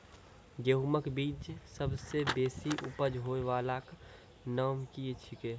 गेहूँमक बीज सबसे बेसी उपज होय वालाक नाम की छियै?